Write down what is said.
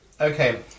Okay